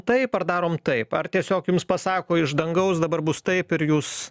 taip ar darom taip ar tiesiog jums pasako iš dangaus dabar bus taip ir jūs